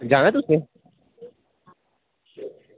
जाना तुसें